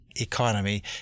economy